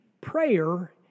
Prayer